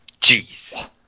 Jeez